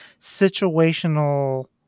situational